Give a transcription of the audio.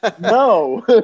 No